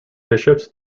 bishops